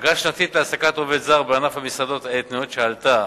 אגרה שנתית להעסקת עובד זר בענף המסעדות האתניות שעלתה